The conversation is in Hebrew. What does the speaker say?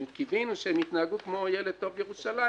אם קיווינו שהם יתנהגו כמו ילד טוב ירושלים,